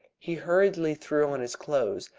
he hurriedly threw on his clothes,